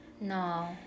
No